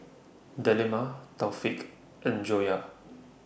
Delima Taufik and Joyah